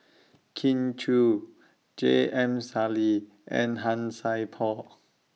Kin Chui J M Sali and Han Sai Por